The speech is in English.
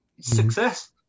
success